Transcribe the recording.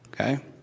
Okay